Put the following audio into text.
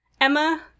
Emma